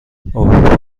اوه